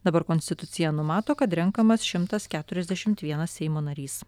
dabar konstitucija numato kad renkamas šimtas keturiasdešimt vienas seimo narys